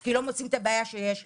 כי לא מוצאים את הבעיה שיש לי.